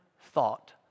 thought